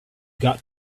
got